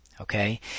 Okay